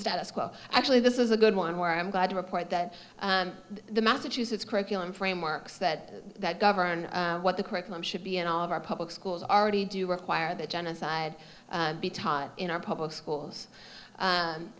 status quo actually this is a good one where i'm glad to report that the massachusetts curriculum framework said that govern what the curriculum should be and all of our public schools already do require that genocide be taught in our public schools